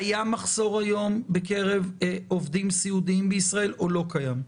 קיים מחסור היום בקרב עובדים סיעודיים בישראל או לא קיים?